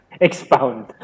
expound